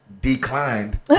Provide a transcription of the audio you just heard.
declined